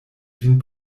vin